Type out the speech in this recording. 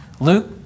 luke